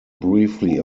briefly